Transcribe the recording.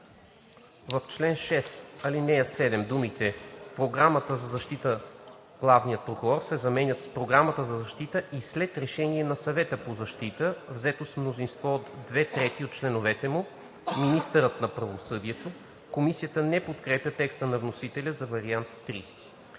В чл. 6, ал. 7 думите „Програмата за защита, главният прокурор“ се заменят с „Програмата за защита и след решение на Съвета по защита, взето с мнозинство от 2/3 от членовете му, министърът на правосъдието“.“ Комисията не подкрепя текста на вносителя за вариант